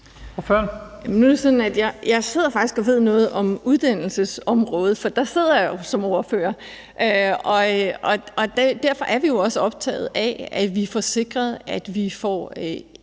sidder og ved noget om uddannelsesområdet, for der er jeg jo ordfører. Vi er jo også optaget af, at vi får sikret endnu flere